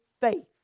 faith